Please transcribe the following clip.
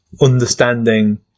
understanding